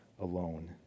alone